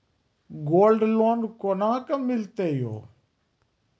Gold loan कोना के मिलते यो?